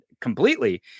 completely